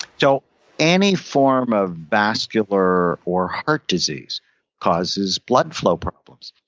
so any form of vascular or heart disease causes blood flow problems.